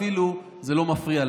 ואפילו זה לא מפריע להם.